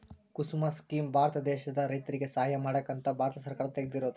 ಕುಸುಮ scheme Bharat ದೇಶದ ರೈತರಿಗೆ ಸಹಾಯ ಮಾಡಕ ಅಂತ ಭಾರತ ಸರ್ಕಾರ ತೆಗ್ದಿರೊದು